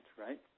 right